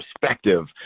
perspective